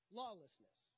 lawlessness